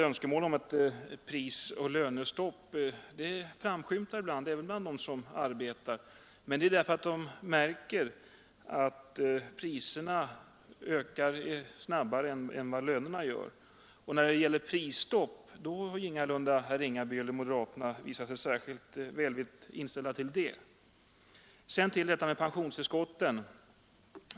Önskemålen om prisoch lönestopp framskymtar även bland dem som arbetar — därför att de märker att priserna ökar snabbare än lönerna gör. Men herr Ringaby och övriga moderater har ingalunda visat sig särskilt välvilligt inställda till prisstopp. Sedan vill jag beröra pensionstillskotten.